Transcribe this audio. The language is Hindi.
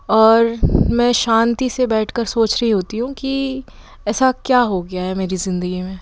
और मैं शांति से बैठ कर सोच रई होती हूँ कि ऐसा क्या हो गया है मेरी ज़िंदगी में